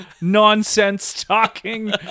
nonsense-talking